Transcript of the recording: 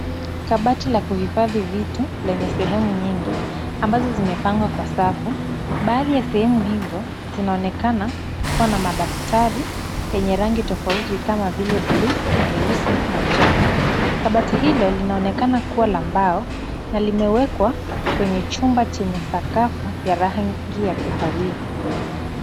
Kabati la kuhifadhi vitu lenye sehemu nyingi ambazo zimepangwa kwa safu. Baadhi ya sehemu hizo zinaonekana kuwa na madaftari yenye rangi tofauti kama vile buluu, nyeusi na njano. Kabati hilo linaonekana kuwa la mbao na limewekwa kwenye chumba chenye sakafu ya rangi ya kahawia.